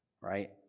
right